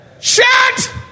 shut